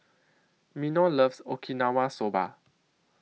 Minor loves Okinawa Soba